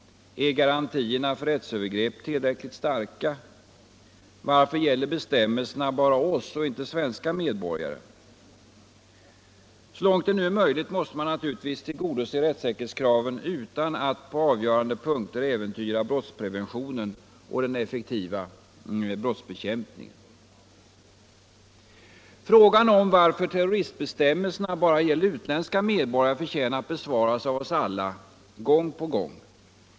Är garantierna för rättsövergrepp tillräckligt starka? Varför gäller bestämmelserna bara oss och inte svenska medborgare? Så långt det nu är möjligt måste man naturligtvis tillgodose rättssäkerhetskraven utan att på avgörande punkter äventyra brottspreventionen och den effektiva brottsbekämpningen. Frågan om varför terroristbestämmelserna bara gäller utländska medborgare förtjänar att besvaras av oss alla — gång på gång.